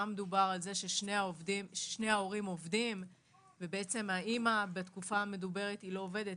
שם דובר על זה ששני ההורים עובדים ובעצם האימא בתקופה המדוברת לא עובדת,